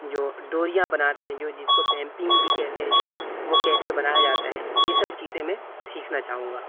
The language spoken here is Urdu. جو ڈوریاں بناتے ہیں جو جس کو پیمپینگ بھی کہتے ہیں شاید وہ کیسے بنایا جاتا ہے یہ سب چیزیں میں سیکھنا چاہوں گا